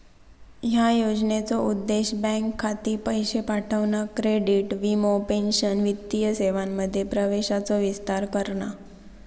ह्या योजनेचो उद्देश बँक खाती, पैशे पाठवणा, क्रेडिट, वीमो, पेंशन वित्तीय सेवांमध्ये प्रवेशाचो विस्तार करणा